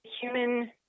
human